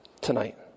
tonight